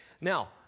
Now